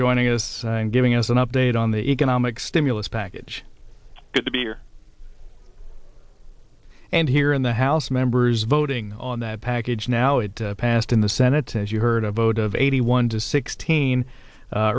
joining us and giving us an update on the economic stimulus package good to be here and here in the house members voting on that package now it passed in the senate as you heard a vote of eighty one to sixteen